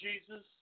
Jesus